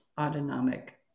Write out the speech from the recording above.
autonomic